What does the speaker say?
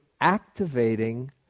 activating